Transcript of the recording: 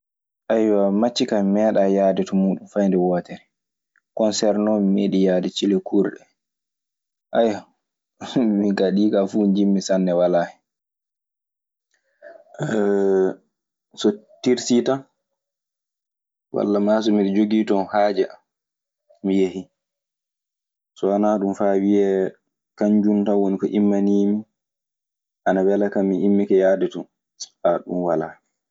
Haya, macce kaa mi ɓeeɗaa yahde to muuɗun fay nde wootere. Konseer non, mi meeɗii yahde cille kuurɗe. Haya, min kaa ɗii aa fuu njiɗmi sanne walaa hen. So tirsii tan wallamaa so miɗe jogii ton haaju an, mi yehii. So wanaa ɗun, faawiyee kanjun tan woni ko immaniimi, ana wela kan, mii immike yaade ton. Ɗun walaa.